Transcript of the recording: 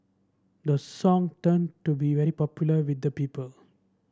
the song turned to be very popular with the people